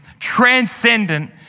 transcendent